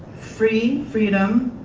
free, freedom,